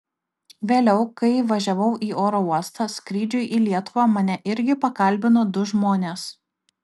vėliau kai važiavau į oro uostą skrydžiui į lietuvą mane irgi pakalbino du žmonės